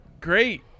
great